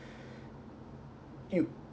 you